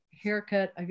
haircut